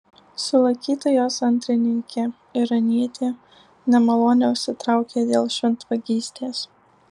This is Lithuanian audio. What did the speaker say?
sulaikyta jos antrininkė iranietė nemalonę užsitraukė dėl šventvagystės